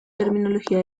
terminología